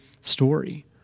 story